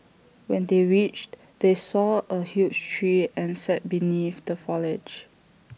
when they reached they saw A huge tree and sat beneath the foliage